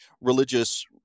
religious